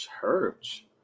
church